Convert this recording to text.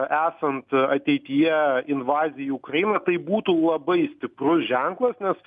esant ateityje invazijai į ukrainą tai būtų labai stiprus ženklas nes